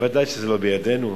ודאי שזה לא בידינו.